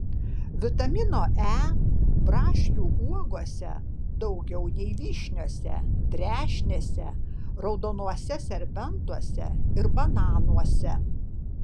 vitamino e braškių uogose daugiau nei vyšniose trešnėse raudonuose serbentuose ir bananuose